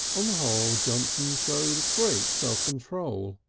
on the whole johnson showed great self-control.